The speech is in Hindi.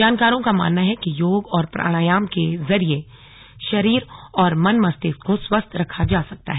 जानकारों का मानना है कि योग और प्राणायम के जरिए शरीर और मन मस्तिष्क को स्वस्थ रखा जा सकता है